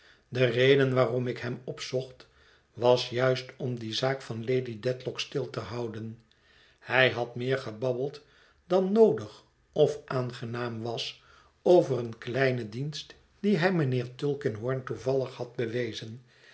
de reden waarom ik hem opzocht was juist om die zaak van lady dedlock stil te houden hij had meer gebabbeld dan noodig of aangenaam was over een kleinen dienst dien hij mijnheer tulkinghorn toevallig had bewezen